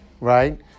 right